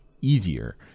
easier